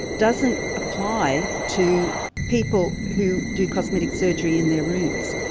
doesn't apply to people who do cosmetic surgery in their rooms.